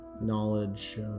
knowledge